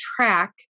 track